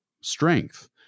strength